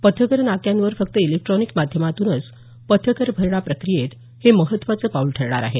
पथकर नाक्यांवर फक्त इलेक्ट्रॉनिक माध्यमातूनच पथकर भरणा प्रक्रियेत हे महत्त्वाचं पाऊल ठरणार आहे